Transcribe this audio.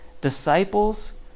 Disciples